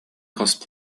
cost